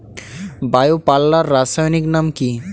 Bio পাল্লার রাসায়নিক নাম কি?